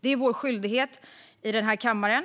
Det är en skyldighet för oss i den här kammaren.